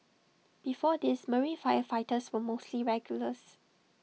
before this marine firefighters were mostly regulars